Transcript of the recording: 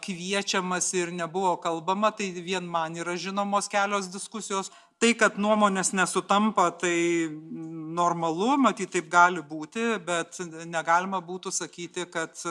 kviečiamas ir nebuvo kalbama tai vien man yra žinomos kelios diskusijos tai kad nuomonės nesutampa tai normalu matyt taip gali būti bet negalima būtų sakyti kad